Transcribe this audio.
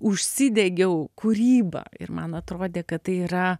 užsidegiau kūryba ir man atrodė kad tai yra